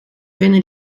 vinden